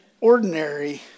ordinary